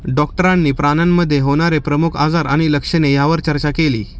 डॉक्टरांनी प्राण्यांमध्ये होणारे प्रमुख आजार आणि लक्षणे यावर चर्चा केली